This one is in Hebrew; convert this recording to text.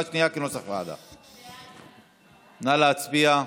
נא להצביע.